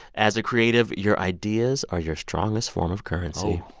as a creative, your ideas are your strongest form of currency.